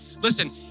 Listen